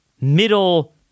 Middle